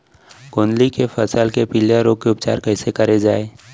गोंदली के फसल के पिलिया रोग के उपचार कइसे करे जाये?